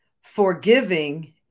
forgiving